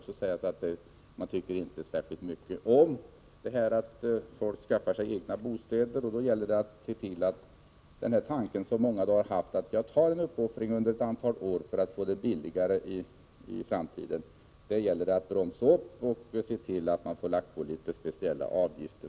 Socialdemokraterna tycker inte särskilt mycket om att folk skaffar sig egen bostad och gör uppoffringar under några år för att bo billigare i framtiden. Detta vill socialdemokraterna bromsa, och då gäller det att lägga på litet speciella avgifter.